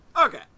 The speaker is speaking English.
Okay